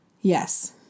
yes